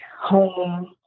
home